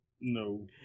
No